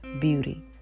beauty